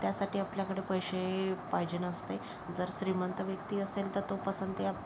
पण त्यासाठी आपल्याकडे पैसे पाहिजेन असते जर श्रीमंत व्यक्ती असेल तर तो पसंती